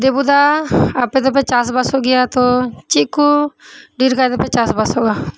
ᱫᱮᱵᱩ ᱫᱟ ᱟᱯᱮ ᱫᱚᱯᱮ ᱪᱟᱥ ᱵᱟᱥᱚᱜ ᱜᱮᱭᱟ ᱛᱚ ᱪᱮᱫ ᱠᱚ ᱫᱷᱮᱨ ᱠᱟᱭ ᱛᱮᱯᱮ ᱪᱟᱥ ᱵᱟᱥᱚᱜᱼᱟ